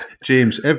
James